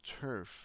turf